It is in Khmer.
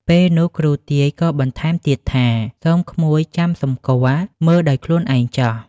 ពេលនោះគ្រូទាយក៏បន្ថែមទៀតថា សូមក្មួយចាំសម្គាល់មើលដោយខ្លួនឯងចុះ។